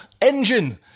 engine